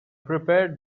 prepared